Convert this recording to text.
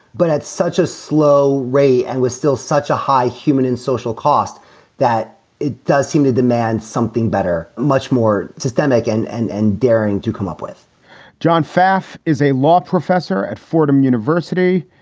but it's such a slow ray and we're still such a high human and social cost that it does seem to demand something better, much more systemic and and and daring to come up with john pfaff is a law professor at fordham university.